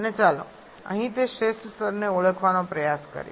અને ચાલો અહીં તે શ્રેષ્ઠ સ્તરને ઓળખવાનો પ્રયાસ કરીએ